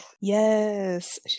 Yes